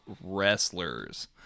wrestlers